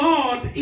Lord